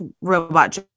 robot